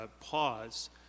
pause